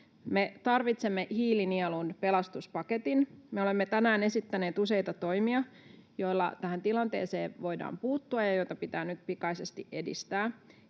tarvitsemme hiilinielun pelastuspaketin. Me olemme tänään esittäneet useita toimia, joilla tähän tilanteeseen voidaan puuttua ja joita pitää nyt pikaisesti edistää.